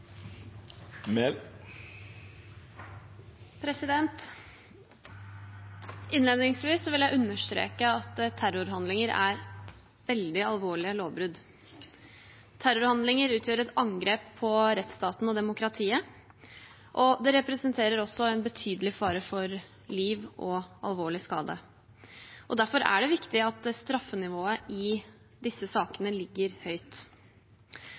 Innledningsvis vil jeg understreke at terrorhandlinger er veldig alvorlige lovbrudd. Terrorhandlinger utgjør et angrep på rettsstaten og demokratiet, og det representerer også en betydelig fare for liv og alvorlig skade. Derfor er det viktig at straffenivået i disse sakene ligger høyt.